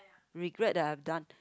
regret that I've done